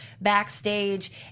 backstage